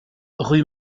rue